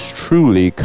truly